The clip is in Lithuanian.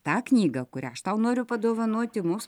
tą knygą kurią aš tau noriu padovanoti mums